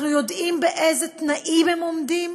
אנחנו יודעים באילו תנאים הם עומדים,